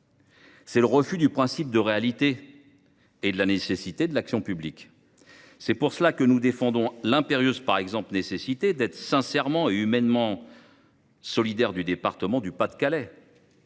c’est le refus du principe de réalité et de la nécessité de l’action publique. C’est pour cette raison que nous défendons l’impérieuse nécessité d’être sincèrement et humainement solidaire du département du Pas de Calais.